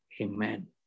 amen